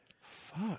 Fuck